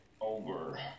over